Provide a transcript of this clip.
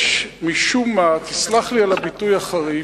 יש, משום מה, תסלח לי על הביטוי החריף,